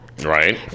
Right